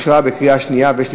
נתקבל.